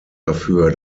dafür